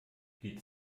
die